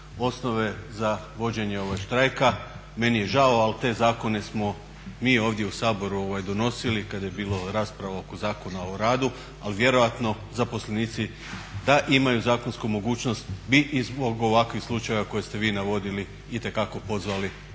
osnove za vođenje štrajka. Meni je žao, ali te zakone smo mi ovdje u Saboru donosili kad je bila rasprava oko Zakona o radu. Ali vjerojatno zaposlenici da imaju zakonsku mogućnost bi zbog ovakvih slučajeva koje ste vi navodili itekako pozvali